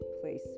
place